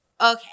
Okay